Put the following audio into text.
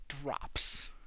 drops